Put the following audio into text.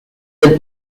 del